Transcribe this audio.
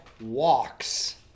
walks